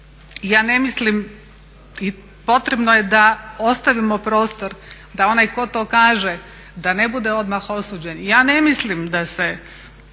članica EU i potrebno je da ostavimo prostor da onaj tko to kaže da ne bude odmah osuđen. Ja ne mislim da se